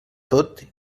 tot